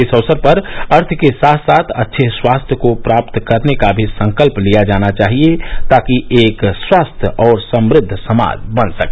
इस अवसर पर अर्थ के साथ साथ अच्छे स्वास्थ्य को प्राप्त करने का भी संकल्प लिया जाना चाहिए ताकि एक स्वस्थ्य और समृद्ध समाज बन सके